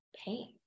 pain